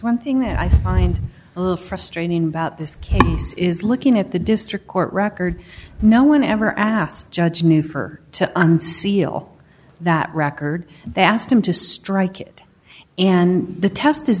one thing that i find a little frustrating about this case is looking at the district court record no one ever asked judge knew for to unseal that record that asked him to strike it and the test